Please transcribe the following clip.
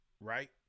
right